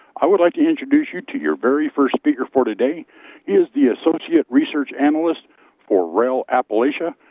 i would like to introduce you to your very first speaker for today. he is the associate research analyst for rel appalachia,